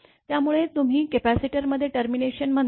त्यामुळे तुम्ही कपॅसिटरमध्ये टर्मिनेशन म्हणता